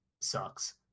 sucks